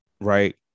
right